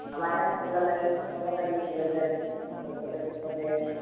हमारे यहाँ सब लकड़ियों सब लकड़ियों की बन जाती है सब लकड़ियों की बन जाएंगी